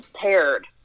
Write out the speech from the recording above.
paired